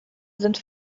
sind